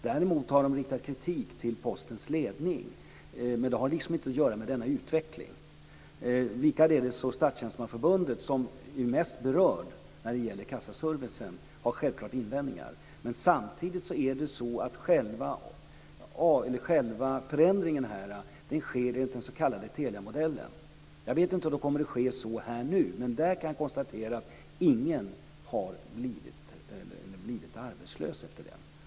Däremot har man riktat kritik mot Postens ledning. Men det har inte med denna utveckling att göra. Likaledes har Statstjänstemannaförbundet, som är mest berört när det gäller kassaservicen, självklart invändningar. Men samtidigt sker själva förändringen enligt den s.k. Teliamodellen. Jag vet inte om det kommer att ske så här nu. Men jag kan konstatera att ingen har blivit arbetslös efter den.